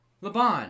Laban